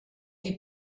die